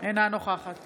אינה נוכחת